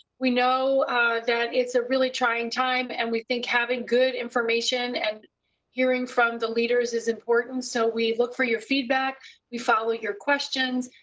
we know that it's a really trying time and we think having good information and hearing from the leaders is important. so. we look for your feedback. we follow your questions.